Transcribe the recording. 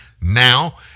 now